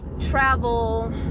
travel